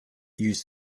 used